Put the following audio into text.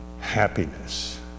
happiness